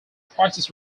prices